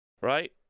Right